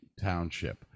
Township